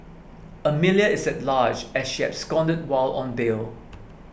Amelia is at large as she absconded while on bail